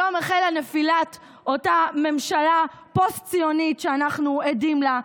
היום החלה נפילת אותה ממשלה פוסט-ציונית שאנחנו עדים לה,